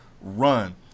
run